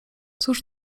cóż